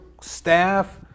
staff